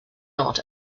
not